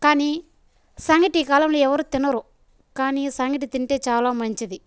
కానీ సంగటి ఈ కాలంలో ఎవరు తినరు కానీ సంగటి తింటే చాలా మంచిది